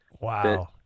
Wow